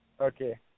Okay